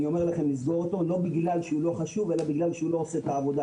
לא בגלל שהוא לא חשוב אלא בגלל שהוא לא עושה את העבודה.